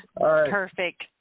Perfect